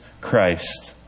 Christ